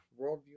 worldview